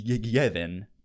given